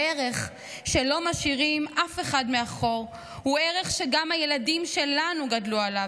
הערך שלא משאירים אף אחד מאחור הוא ערך שגם הילדים שלנו גדלו עליו,